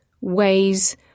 ways